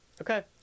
Okay